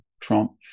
Trump